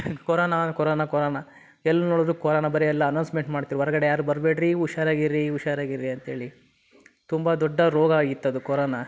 corona corona corona ಎಲ್ಲಿ ನೋಡಿದ್ರೂ corona ಬರೀ ಎಲ್ಲ ಅನೌನ್ಸ್ಮೆಂಟ್ ಮಾಡ್ತಿದ್ರ್ ಹೊರ್ಗಡೆ ಯಾರೂ ಬರಬೇಡ್ರಿ ಹುಷಾರಾಗಿರಿ ಹುಷಾರಾಗಿರ್ರಿ ಅಂತೇಳಿ ತುಂಬ ದೊಡ್ಡ ರೋಗ ಆಗಿತ್ತು ಅದು ಕೊರೋನಾ